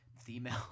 female